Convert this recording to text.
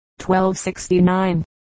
1269